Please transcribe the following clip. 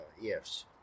yes